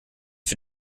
für